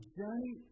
journey